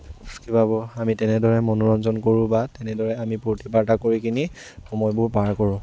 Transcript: কিবাবোৰ আমি তেনেদৰে মনোৰঞ্জন কৰোঁ বা তেনেদৰে আমি ফূৰ্তি ফাৰ্তা কৰি কিনি সময়বোৰ পাৰ কৰোঁ